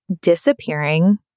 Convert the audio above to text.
disappearing